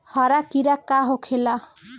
हरा कीड़ा का होखे ला?